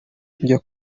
njya